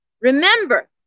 Remember